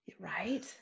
right